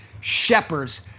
shepherds